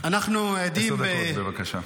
עשר דקות בבקשה.